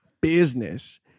business